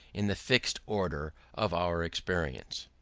in the fixed order of our experience.